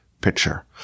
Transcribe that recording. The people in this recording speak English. picture